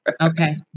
Okay